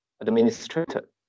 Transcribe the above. administrator